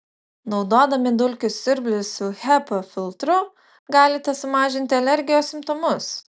naudodami dulkių siurblį su hepa filtru galite sumažinti alergijos simptomus